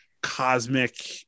cosmic